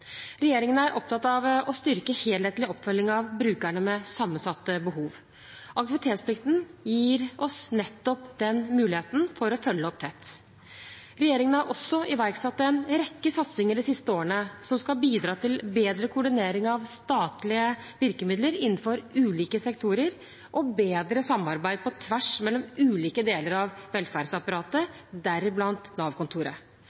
Regjeringen er opptatt av å styrke en helhetlig oppfølging av brukere med sammensatte behov. Aktivitetsplikten gir oss nettopp muligheten for å følge opp tett. Regjeringen har de siste årene også iverksatt en rekke satsinger som skal bidra til bedre koordinering av statlige virkemidler innenfor ulike sektorer og bedre samarbeid på tvers mellom ulike deler av